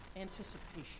anticipation